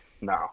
No